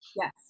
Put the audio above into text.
Yes